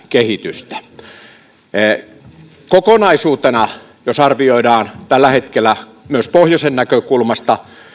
kehitystä ylipäätään kokonaisuutena jos arvioidaan tällä hetkellä myös pohjoisen näkökulmasta